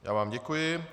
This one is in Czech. Já vám děkuji.